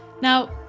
Now